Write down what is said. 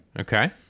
Okay